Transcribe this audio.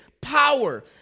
power